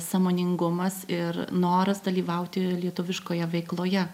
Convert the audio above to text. sąmoningumas ir noras dalyvauti lietuviškoje veikloje